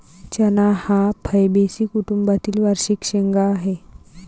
चणा हा फैबेसी कुटुंबातील वार्षिक शेंगा आहे